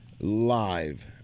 live